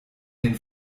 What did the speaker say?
den